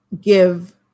give